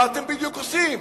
מה בדיוק אתם עושים?